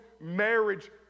marriage